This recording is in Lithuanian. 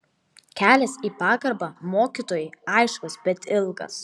kelias į pagarbą mokytojui aiškus bet ilgas